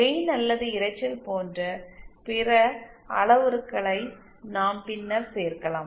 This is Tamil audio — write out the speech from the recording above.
கெயின் அல்லது இரைச்சல் போன்ற பிற அளவுருக்களை நாம் பின்னர் சேர்க்கலாம்